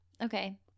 Okay